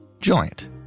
joint